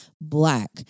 black